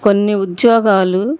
కొన్ని ఉద్యోగాలు